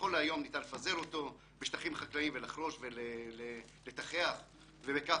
נכון להיום נתן לפזר אותו בשטחים חקלאיים ולחרוש וכך הוא